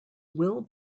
will